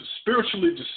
spiritually